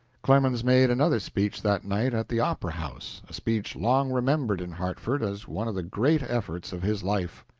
clemens made another speech that night at the opera-house a speech long remembered in hartford as one of the great efforts of his life.